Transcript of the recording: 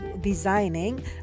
designing